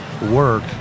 work